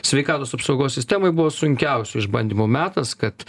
sveikatos apsaugos sistemai buvo sunkiausių išbandymų metas kad